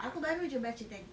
aku baru jer baca tadi